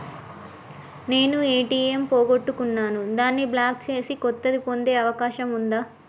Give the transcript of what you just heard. నేను ఏ.టి.ఎం పోగొట్టుకున్నాను దాన్ని బ్లాక్ చేసి కొత్తది పొందే అవకాశం ఉందా?